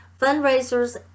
fundraisers